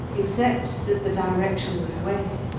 except that the direction was west,